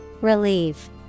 Relieve